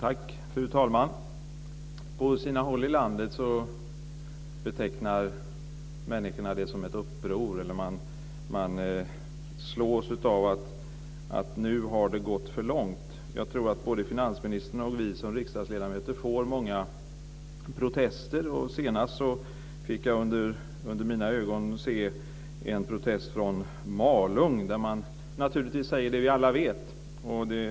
Fru talman! På sina håll i landet betecknar människorna det som att det nu har gått för långt. Jag tror att både finansministern och vi riksdagsledamöter får höra många protester. Nu senast fick jag framför mina ögon se en protest från Malung. Man säger naturligtvis det som vi alla vet.